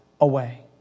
away